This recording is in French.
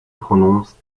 prononce